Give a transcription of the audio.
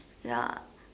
ya